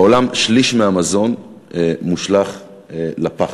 בעולם שליש מהמזון מושלך לפח,